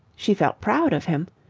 she felt proud of him.